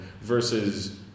versus